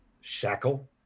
shackle